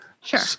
Sure